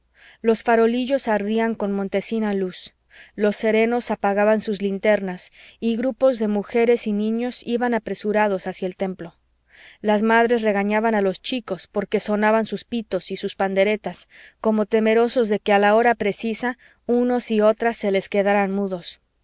los farolillos ardían con mortecina luz los serenos apagaban sus linternas y grupos de mujeres y niños iban apresurados hacia el templo las madres regañaban a los chicos porque sonaban sus pitos y sus panderetas como temerosas de que a la hora precisa unos y otras se les quedaran mudos